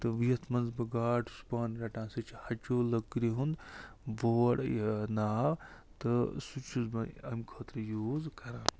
تہٕ یَتھ منٛز بہٕ گاڈ چھُس پانہٕ رٹان سُہ چھِ ہَچوٗ لٔکرِ ہُنٛد بورڈ یہِ ناو تہٕ سُہ چھُس بہٕ اَمہِ خٲطرٕ یوٗز کران